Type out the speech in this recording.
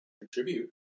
contribute